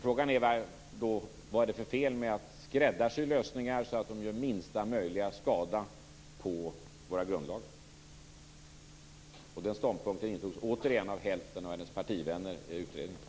Frågan är vad det är för fel med att skräddarsy lösningar så att de gör minsta möjliga skada på våra grundlagar, en ståndpunkt som likaledes intogs av hälften av hennes partivänner i utredningen.